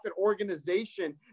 organization